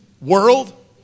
world